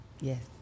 Yes